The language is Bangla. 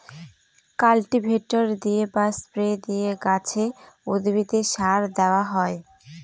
কাল্টিভেটর দিয়ে বা স্প্রে দিয়ে গাছে, উদ্ভিদে সার দেওয়া হয়